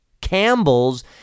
Campbell's